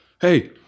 hey